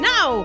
Now